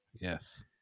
yes